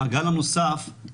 המעגל הנוסף הוא